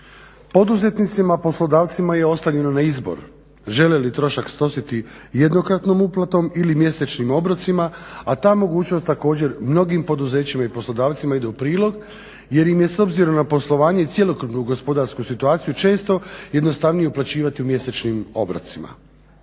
Poduzetnicima i poslodavcima je ostavljeno na izbor žele li trošak snositi jednokratnom uplatom ili mjesečnim obrocima a ta mogućnost također mnogim poduzećima i poslodavcima ide u prilog jer im je s obzirom na poslovanje i cjelokupnu gospodarsku situaciju često jednostavnije uplaćivati u mjesečnim obrocima.